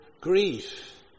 grief